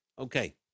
Okay